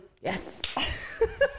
Yes